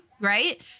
Right